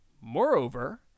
Moreover